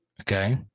Okay